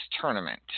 Tournament